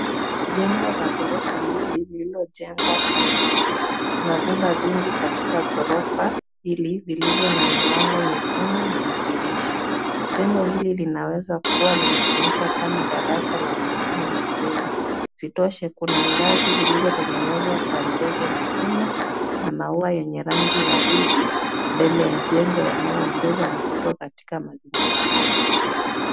Jengo la ghorofa mbili lililojengwa kwa mawe ,kuna vyumba vingi katika ghorofa hili vilivyo na milango nyekundu na madirisha, jengo hili linaweza kua linatumika kama darasa la wanafunzi shuleni ,isitoshe Kuna ngazi zilizotengenezwa kwa sege na chuma ,na maua ya waridi mbele ya jengo yanayoongeza mfuto katika mazingira hayo .